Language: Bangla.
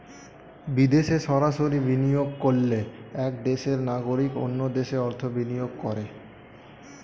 বিদেশে সরাসরি বিনিয়োগ করলে এক দেশের নাগরিক অন্য দেশে অর্থ বিনিয়োগ করে